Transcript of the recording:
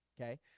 okay